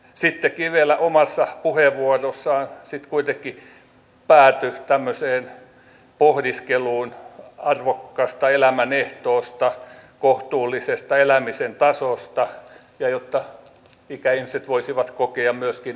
sitten kivelä omassa puheenvuorossaan kuitenkin päätyi tämmöiseen pohdiskeluun arvokkaasta elämän ehtoosta kohtuullisesta elämisen tasosta jotta ikäihmiset voisivat kokea myöskin arvokkuutta